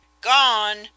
Gone